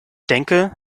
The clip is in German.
denke